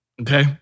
Okay